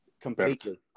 Completely